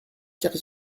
car